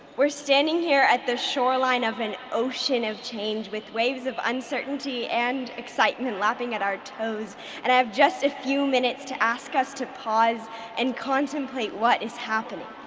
we're standing here at the shoreline of an ocean of change with waves of uncertainty and excitement lapping at our toes and i have just a few minutes to ask us to pause and contemplate what is happening.